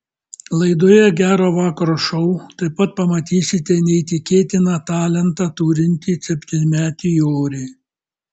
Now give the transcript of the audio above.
laidoje gero vakaro šou taip pat pamatysite neįtikėtiną talentą turintį septynmetį jorį